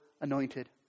anointed